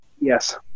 Yes